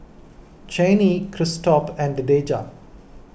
Chanie Christop and Deja